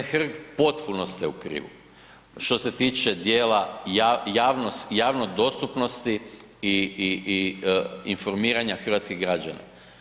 g. Hrg, u potpunosti ste u krivu što se tiče dijela javno dostupnosti i, i, i informiranja hrvatskih građana.